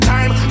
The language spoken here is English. time